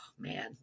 man